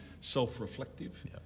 self-reflective